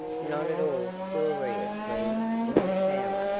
not at all gloriously, in the tower.